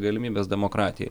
galimybes demokratijai